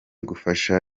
gufasha